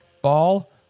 Ball